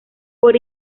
por